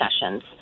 sessions